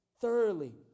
thoroughly